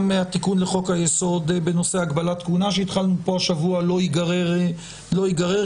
גם התיקון לחוק היסוד בנושא הגבלת כהונה שהתחלנו פה השבוע לא ייגרר כאן.